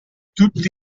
tutti